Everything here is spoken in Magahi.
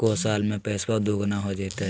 को साल में पैसबा दुगना हो जयते?